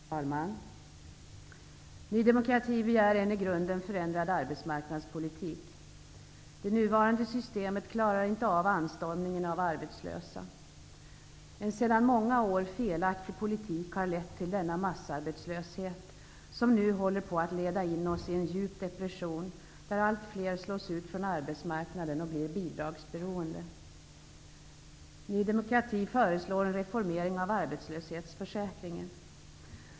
Herr talman! Ny demokrati begär en i grunden förändrad arbetsmarknadspolitik. Det nuvarande systemet klarar inte av anstormningen av arbetslösa. En sedan många år felaktig politik har lett till denna massarbetslöshet, som nu håller på att leda in oss i en djup depression, där allt fler slås ut från arbetsmarknaden och blir bidragsberoende. Ny demokrati föreslår en reformering av arbetslöshetsförsäkringen.